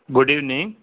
good evening